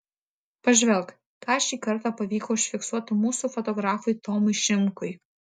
pažvelk ką šį kartą pavyko užfiksuoti mūsų fotografui tomui šimkui